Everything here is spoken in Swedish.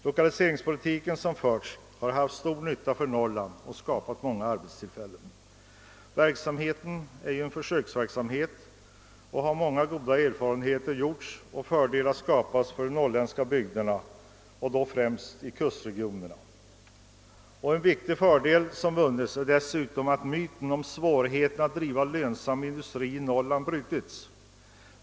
Lokaliseringspolitiken har varit till stor nytta för Norrland och skapat många arbetstillfällen. Verksamheten är ju av försökskaraktär, många goda erfarenheter har gjorts och fördelar vunnits för de norrländska bygderna, då främst kustregionerna. En viktig fördel som också vunnits är att myten om svårigheterna att driva lönsam industri i Norrland brutits.